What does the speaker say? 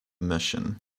mission